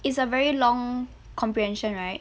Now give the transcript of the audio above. it's a very long comprehension right